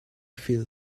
feel